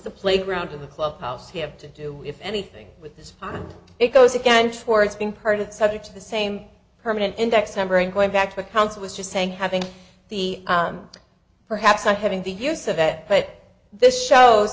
the playground to the clubhouse have to do anything with this it goes again towards being part of the subject to the same permanent index number and going back to the council was just saying having the perhaps not having the use of it but this shows